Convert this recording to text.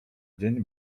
dzień